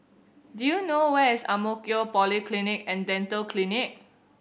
do you know where is Ang Mo Kio Polyclinic and Dental Clinic